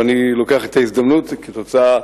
ואני לוקח את ההזדמנות כתוצאה